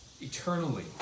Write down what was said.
eternally